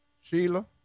Sheila